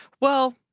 well,